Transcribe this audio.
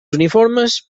uniformes